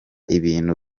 ibintu